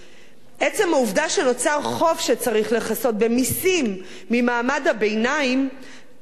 עצם העובדה שנוצר חוב שצריך לכסות במסים ממעמד הביניים כואב.